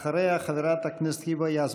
אחריה, חברת הכנסת היבה יזבק.